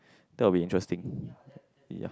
that will be interesting